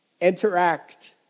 interact